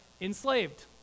enslaved